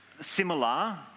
similar